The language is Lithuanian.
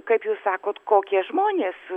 kaip jūs sakot kokie žmonės